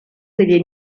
degli